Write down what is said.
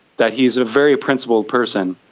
that he is a very principled person,